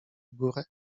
górę